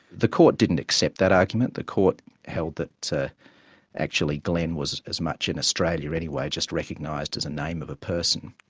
the court didn't accept that argument, the court held that actually glen was as much in australia anyway, just recognised as a name of a person,